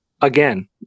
again